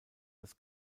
des